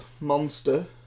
monster